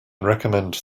recommend